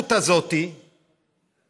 ההתחשבות הזאת בכלל